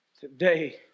Today